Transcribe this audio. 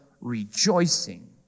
rejoicing